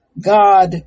God